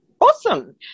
awesome